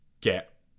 get